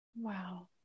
Wow